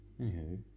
Anywho